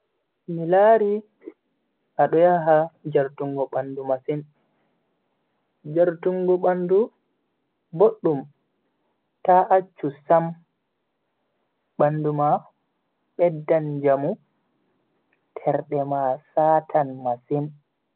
Mi lari ado yaha jartungo bandu masin. Jartungo bandu boddum ta acchu sam. Ta acchu sam bandu ma beddan njamu terde ma satan masin.